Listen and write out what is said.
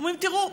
אומרים: תראו,